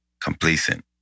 complacent